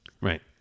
Right